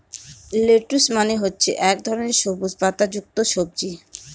lettuce মানে হচ্ছে এক ধরনের সবুজ পাতা যুক্ত সবজি